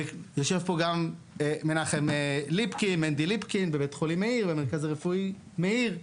יושב פה גם מנדי ליפקין במרכז הרפואי מאיר.